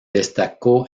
destacó